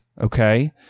okay